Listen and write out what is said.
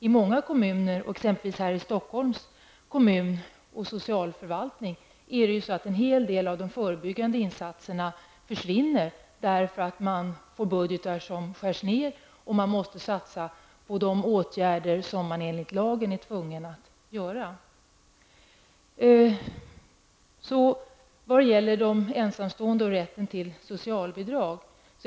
I många kommuner, exempelvis här i Stockholms kommun, och i Stockholms socialförvaltning, försvinner nu en hel del av de förebyggande insatserna på grund av att budgetar skärs ner och på grund av att man måste satsa på sådana åtgärder som man enligt lagen är tvungen att vidta. Så till frågan om de ensamstående föräldrarna och rätten till socialbidrag.